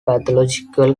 pathological